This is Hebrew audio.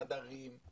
חדרים,